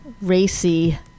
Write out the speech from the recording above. Racy